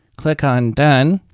click on done.